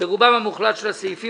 ברובם המוחלט של הסעיפים,